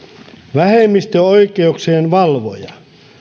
vähemmistöoikeuksien valvoja